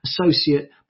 associate